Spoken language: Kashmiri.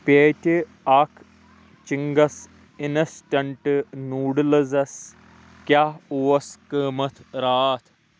پیٖٹہِ اکھ چِنٛگس اِنٛسٹنٛٹ نوٗڈٕلزس کیٛاہ اوس قۭمتھ راتھ